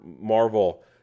Marvel